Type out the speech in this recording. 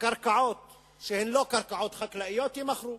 שהקרקעות שהן לא קרקעות חקלאיות יימכרו